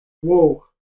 whoa